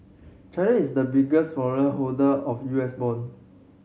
China is the biggest foreign holder of U S bond